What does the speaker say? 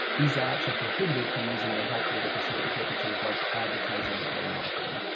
these apps are prohibited from using the health data for certain purposes like advertising or marketing.